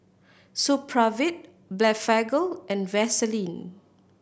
Supravit Blephagel and Vaselin